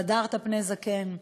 והדרת פני זקן,